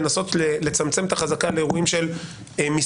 לנסות לצמצם את החזקה לאירועים של מספרים,